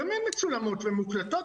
גם הם מצולמים ומוקלטים,